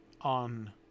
on